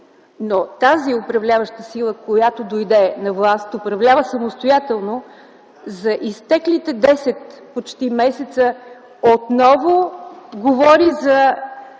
но тази управляваща сила, която дойде на власт и управлява самостоятелно, за изтеклите почти десет месеца отново говори за